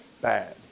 Bad